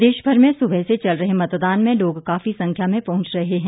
प्रदेशभर में सुबह से चल रहे मतदान में लोग काफी संख्या में पहुंच रहे हैं